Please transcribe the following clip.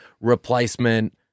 replacement